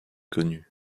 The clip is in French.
connu